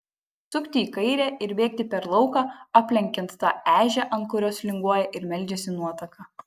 sukti į kairę ir bėgti per lauką aplenkiant tą ežią ant kurios linguoja ir meldžiasi nuotaka